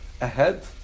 ahead